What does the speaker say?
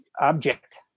object